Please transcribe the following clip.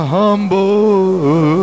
humble